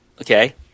okay